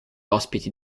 ospiti